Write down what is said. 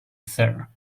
sir